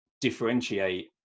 differentiate